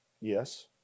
Yes